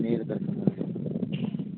mail करता